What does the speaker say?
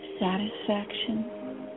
satisfaction